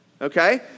okay